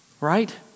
Right